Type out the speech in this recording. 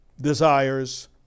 desires